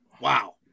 Wow